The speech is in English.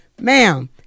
Ma'am